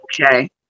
Okay